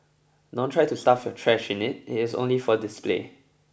don't try to stuff your trash in it it is only for display